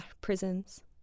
prisons